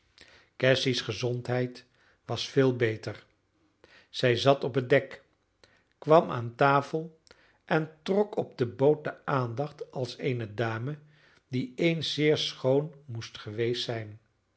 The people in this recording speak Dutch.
cassy's gezondheid was veel beter zij zat op het dek kwam aan tafel en trok op de boot de aandacht als eene dame die eens zeer schoon moest geweest zijn